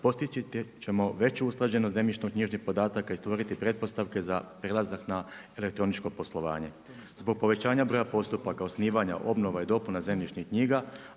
postići ćemo veću usklađenost zemljišno-knjižnih podatak i stvoriti pretpostavke za prelazak na elektroničko poslovanje. Zbog povećanja broja postupaka osnivanja, obnova i dopuna zemljišnih knjiga,